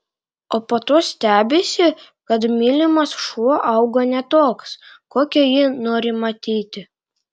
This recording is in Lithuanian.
o po to stebisi kad mylimas šuo auga ne toks kokį jį nori matyti